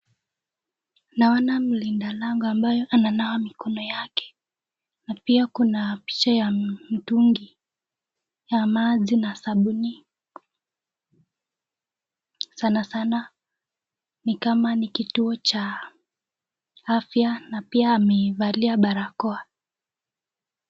Naona mlinda lango ambaye ananawa mikono yake. Na pia kuna picha ya mtungi ya maji na sabuni. Sana sana ni kama ni kituo cha afya na pia amevalia barakoa.